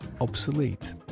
obsolete